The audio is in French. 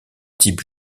type